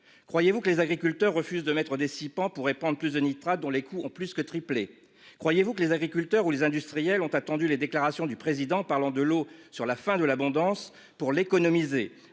Croyez-vous que les agriculteurs refusent de mettre des 6 pourrait prendre plus de nitrates dont les coûts ont plus que triplé. Croyez-vous que les agriculteurs ou les industriels ont attendu les déclarations du président parlant de l'eau sur la fin de l'abondance pour l'économiser,